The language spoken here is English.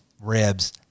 ribs